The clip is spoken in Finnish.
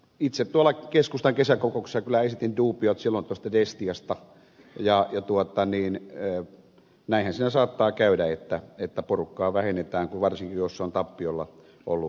itse tuolla keskustan kesäkokouksessa kyllä esitin duubiot silloin tuosta destiasta ja näinhän siinä saattaa käydä että porukkaa vähennetään varsinkin jos varustamoliikelaitos on tappiolla ollut